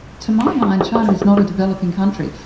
to my mind, china is not a developing country.